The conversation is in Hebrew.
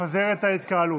לפזר את ההתקהלות.